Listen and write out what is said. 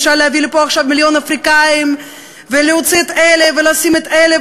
אפשר להביא לפה עכשיו מיליון אפריקנים ולהוציא את אלה ולשים את אלה,